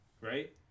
Right